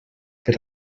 per